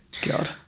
God